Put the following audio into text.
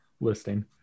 listing